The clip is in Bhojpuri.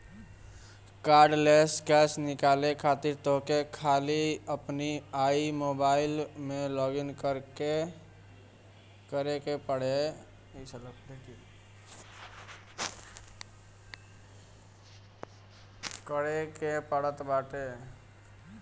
कार्डलेस कैश निकाले खातिर तोहके खाली अपनी आई मोबाइलम में लॉगइन करे के पड़त बाटे